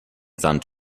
sand